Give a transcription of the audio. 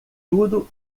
tudo